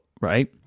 right